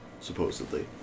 supposedly